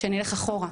שנלך אחורה.